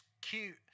cute